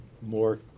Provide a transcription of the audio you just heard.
more